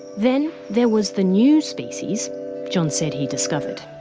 then, there was the new species john said he discovered.